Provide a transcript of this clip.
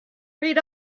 read